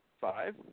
Five